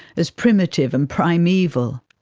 as primitive and primeval.